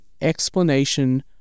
explanation